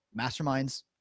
masterminds